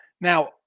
Now